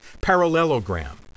parallelogram